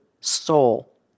soul